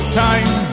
time